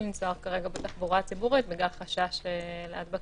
לנסוע כרגע בתחבורה הציבורית בגלל חשש להדבקה.